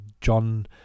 john